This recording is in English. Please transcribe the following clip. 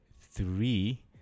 three